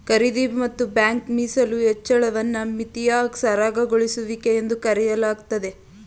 ಖರೀದಿ ಮತ್ತು ಬ್ಯಾಂಕ್ ಮೀಸಲು ಹೆಚ್ಚಳವನ್ನ ವಿತ್ತೀಯ ಸರಾಗಗೊಳಿಸುವಿಕೆ ಎಂದು ಕರೆಯಲಾಗುತ್ತೆ